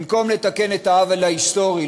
במקום לתקן את העוול ההיסטורי,